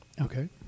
Okay